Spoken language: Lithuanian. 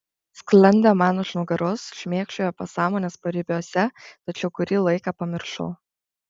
sklandė man už nugaros šmėkščiojo pasąmonės paribiuose tačiau kurį laiką pamiršau